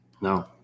No